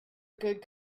good